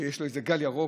שיש לו איזה גל ירוק,